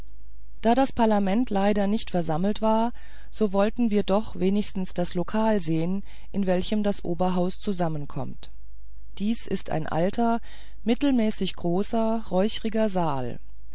da das parlament leider nicht versammelt war so wollten wir doch wenigstens das lokal sehen in welchem das oberhaus zusammenkommt dies ist ein alter mittelmäßig großer räucheriger saal